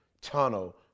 tunnel